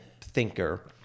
thinker